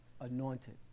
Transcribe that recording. Anointed